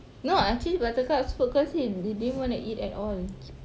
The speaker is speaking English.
no I change buttercup's food cause he he didn't wanna eat at all